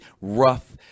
rough